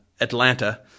Atlanta